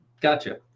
Gotcha